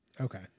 Okay